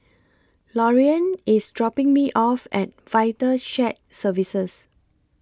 Lorean IS dropping Me off At Vital Shared Services